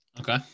Okay